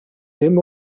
dim